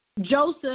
Joseph